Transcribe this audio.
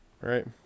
right